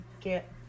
get